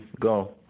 Go